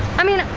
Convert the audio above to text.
i mean,